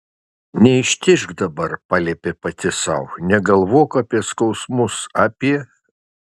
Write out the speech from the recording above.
neištižk dabar paliepė pati sau negalvok apie skausmus apie